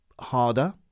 harder